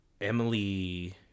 emily